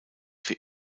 für